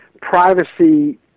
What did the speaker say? privacy